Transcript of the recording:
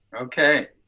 okay